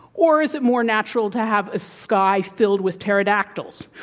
or is it more natural to have a sky filled with pterodactyls?